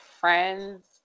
friends